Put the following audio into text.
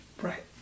Right